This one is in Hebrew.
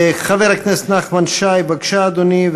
חבר הכנסת נחמן שי, בבקשה, אדוני.